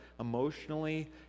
emotionally